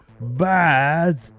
bad